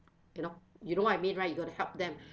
you know you know what I mean right you got to help them